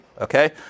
Okay